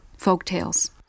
folktales